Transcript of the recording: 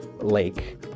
lake